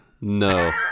No